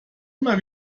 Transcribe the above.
immer